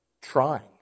trying